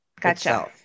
gotcha